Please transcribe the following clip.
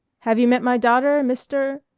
have you met my daughter, mr?